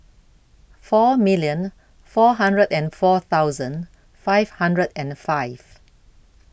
four million four hundred and four thousand five hundred and five